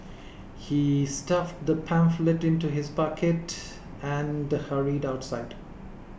he stuffed the pamphlet into his pocket and hurried outside